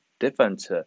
Different